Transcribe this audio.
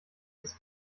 dies